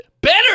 better